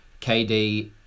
KD